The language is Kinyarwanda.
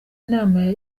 inama